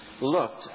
looked